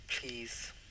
please